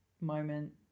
moment